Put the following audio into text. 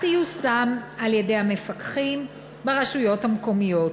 תיושם על-ידי המפקחים ברשויות המקומיות.